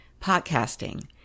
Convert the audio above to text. podcasting